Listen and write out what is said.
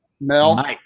Mel